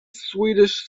swedish